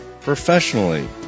professionally